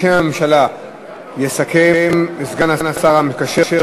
בשם הממשלה יסכם סגן השר המקשר,